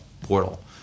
portal